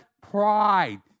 pride